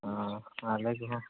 ᱚ ᱟᱞᱮ ᱠᱚᱦᱚᱸ